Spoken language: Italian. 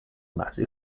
base